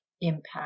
impact